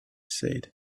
said